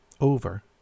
over